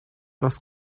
was